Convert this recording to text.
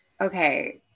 okay